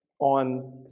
on